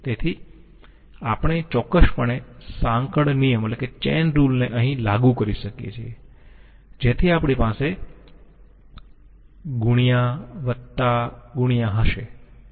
તેથી આપણે ચોક્કસપણે સાંકળ નિયમ ને અહી લાગુ કરી શકીયે છીએ જેથી આપણી પાસે ×× હશે